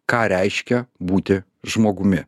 ką reiškia būti žmogumi